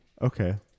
Okay